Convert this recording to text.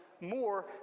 more